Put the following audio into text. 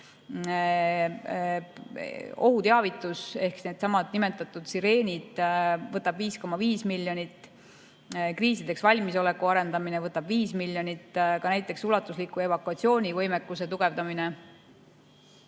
ohuteavitus ehk needsamad nimetatud sireenid võtab 5,5 miljonit. Kriisideks valmisoleku arendamine võtab 5 miljonit. Ka näiteks ulatusliku evakuatsioonivõimekuse tugevdamine